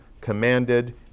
commanded